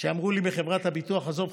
כשאמרו לי בחברת הביטוח: עזוב,